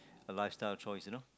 a lifestyle choice you know